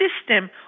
system